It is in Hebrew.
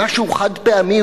במשהו חד-פעמי,